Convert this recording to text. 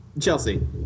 Chelsea